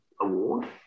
award